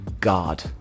God